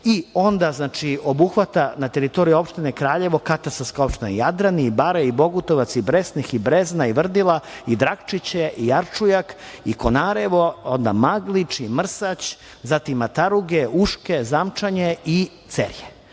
i onda obuhvata na teritoriji opštine Kraljevo, katastarska opština Jadran i Bare, i Bogutovac, i Bresnik, i Brezna, i Vrdila, i Drakčiće, i Jarčujak i Konarevo, Maglič, Mrsać, zatim Mataruge, Uške, Zamčanje i Cerje.